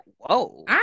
whoa